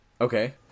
Okay